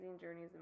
journeys